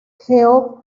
geoff